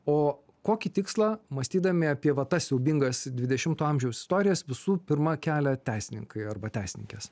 o kokį tikslą mąstydami apie va tas siaubingas dvidešimto amžiaus istorijas visų pirma kelia teisininkai arba teisininkės